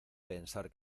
pensar